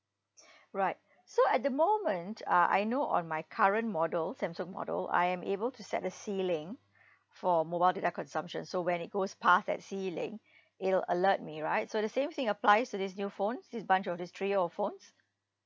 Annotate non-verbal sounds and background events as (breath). (breath) right so at the moment uh I know on my current model samsung model I am able to set the ceiling for mobile data consumption so when it goes pass that ceiling it'll alert me right so the same thing applies to this new phones these bunch of these three your phones